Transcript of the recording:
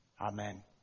Amen